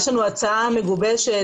יש לנו הצעה מגובשת,